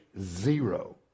Zero